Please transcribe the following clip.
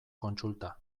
kontsulta